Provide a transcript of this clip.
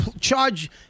charge